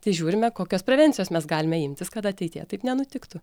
tai žiūrime kokios prevencijos mes galime imtis kad ateityje taip nenutiktų